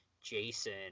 Jason